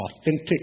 Authentic